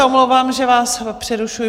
Omlouvám se, že vás přerušuji.